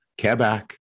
Quebec